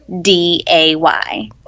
D-A-Y